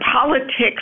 politics